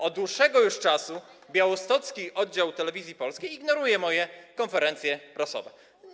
Od dłuższego już czasu białostocki oddział Telewizji Polskiej ignoruje moje konferencje prasowe.